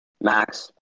Max